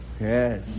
Yes